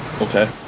Okay